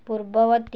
ପୂର୍ବବର୍ତ୍ତୀ